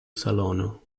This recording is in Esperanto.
salono